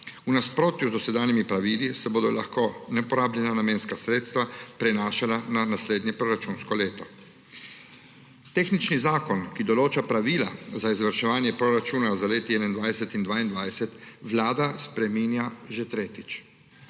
V nasprotju z dosedanjimi pravili se bodo lahko neporabljena namenska sredstva prenašala na naslednje proračunsko leto. Tehnični zakon, ki določa pravila za izvrševanje proračuna za leti 2021 in 2022, Vlada spreminja že tretjič.